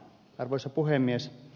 arvoisa puhemies